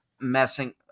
messing